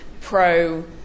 pro